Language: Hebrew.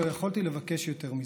לא יכולתי לבקש יותר מזה.